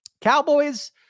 Cowboys